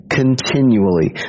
continually